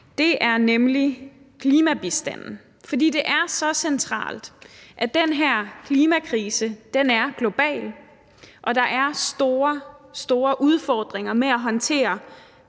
Det er nemlig klimabistanden. For det er så centralt, at den her klimakrise er global, og der er allerede store, store udfordringer med at håndtere